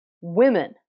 women